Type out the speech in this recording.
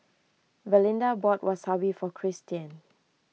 Valinda bought Wasabi for Cristian